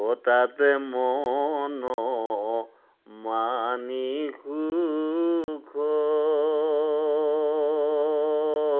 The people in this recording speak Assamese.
অ' তাতে মনমানি সুখ